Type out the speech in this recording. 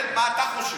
לא, מה אתה חושב?